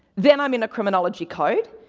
then i'm in a criminology code,